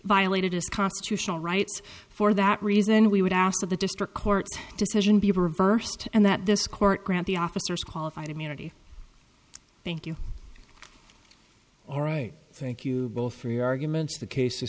violated his constitutional rights for that reason we would ask of the district court's decision be reversed and that this court grant the officers qualified immunity thank you all right thank you both for your arguments the case